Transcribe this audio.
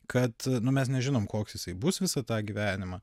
kad mes nežinom koks jisai bus visą tą gyvenimą